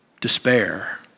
Despair